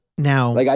Now